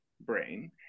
brain